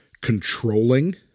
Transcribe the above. controlling